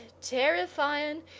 terrifying